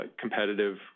competitive